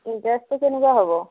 ইন্টাৰেষ্টটো কেনেকুৱা হ'ব